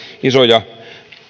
isoja